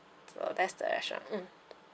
so that's the restaurant mm